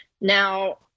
Now